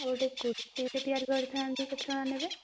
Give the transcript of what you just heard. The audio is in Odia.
ଆଉ ଗୋଟେ କୁର୍ତ୍ତିଟେ ତିଆରି କରିଥାନ୍ତି କେତେ ଟଙ୍କା ନେବେ